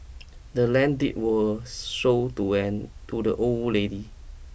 the land deed was sold to an to the old lady